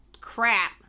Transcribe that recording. crap